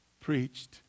preached